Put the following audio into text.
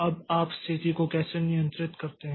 अब आप स्थिति को कैसे नियंत्रित करते हैं